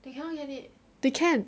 they can